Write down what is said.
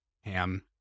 Ham